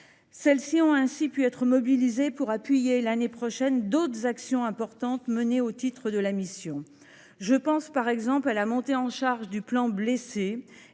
Celles ci ont ainsi pu être mobilisées pour appuyer, l’année prochaine, d’autres actions importantes menées au titre de la mission. Je pense, par exemple, à la montée en charge du plan Blessés,